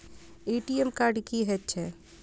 ATM card की हएत छै?